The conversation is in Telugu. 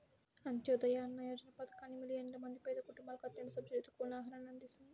అంత్యోదయ అన్న యోజన పథకాన్ని మిలియన్ల మంది పేద కుటుంబాలకు అత్యంత సబ్సిడీతో కూడిన ఆహారాన్ని అందిస్తుంది